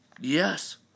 Yes